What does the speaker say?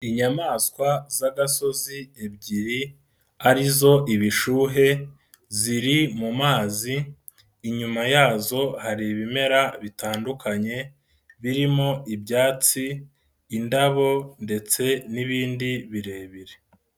Inyamaswa z'agasozi ebyiri ari zo ibishuhe ziri mu mazi inyuma yazo hari ibimera bitandukanye birimo ibyatsi indabo ndetse n'ibindi birebire.